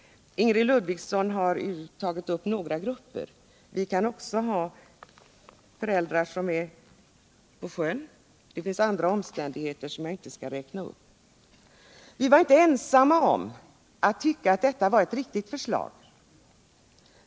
Ingrid Ludvigsson har tagit upp några grupper. Jag kan nämna också föräldrar som är på sjön, och det finns andra omständigheter som jag inte skall räkna upp. Vi var inte ensamma om att tycka att detta var ett riktigt förslag.